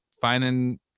finding